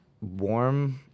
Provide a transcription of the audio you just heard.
warm